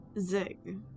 Zig